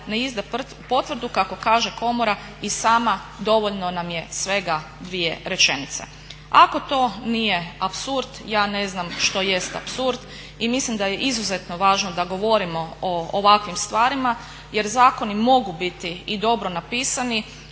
ne izda potvrdu kako kaže komora i sama dovoljno nam je svega dvije rečenice. Ako to nije apsurd ja ne znam što jest apsurd i mislim da je izuzetno važno da govorimo o ovakvim stvarima jer zakoni mogu biti i dobro napisani,